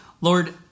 Lord